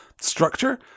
structure